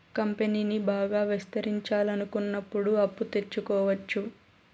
కంపెనీని బాగా విస్తరించాలనుకున్నప్పుడు అప్పు తెచ్చుకోవచ్చు